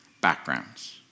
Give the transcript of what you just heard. backgrounds